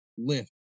Lift